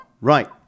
Right